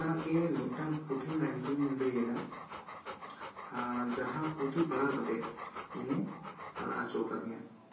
ᱚᱱᱠᱟᱱᱟᱜ ᱜᱮ ᱢᱤᱫᱴᱟᱝ ᱯᱩᱛᱷᱤ ᱨᱮᱱᱟᱜ ᱧᱩᱛᱩᱢ ᱤᱧ ᱞᱟᱹᱭᱮᱫᱟ ᱡᱟᱦᱟᱸ ᱯᱩᱸᱛᱷᱤ ᱯᱟᱲᱦᱟᱣ ᱠᱟᱛᱮᱫ ᱤᱧᱮ ᱨᱟᱜ ᱚᱪᱚ ᱟᱠᱟᱫᱤᱧᱟ